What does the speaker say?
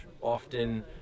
often